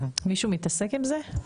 מישהו מתעסק עם זה?